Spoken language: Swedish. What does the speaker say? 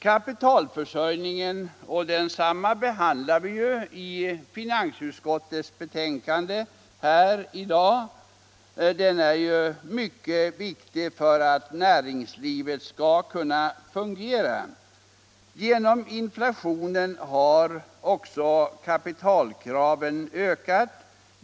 utskottet som vi diskuterar i dag — är mycket viktig för att näringslivet skall fungera. Genom inflationen har också kapitalkraven ökat.